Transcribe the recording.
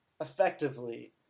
Effectively